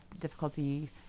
difficulty